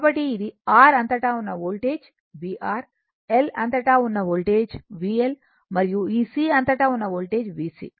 కాబట్టి ఇది R అంతటా ఉన్న వోల్టేజ్ vR L అంతటా ఉన్న వోల్టేజ్ VL మరియు ఈ C అంతటా ఉన్న వోల్టేజ్ VC